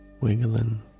wiggling